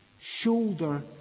shoulder